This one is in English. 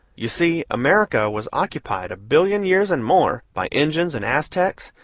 you see, america was occupied a billion years and more, by injuns and aztecs,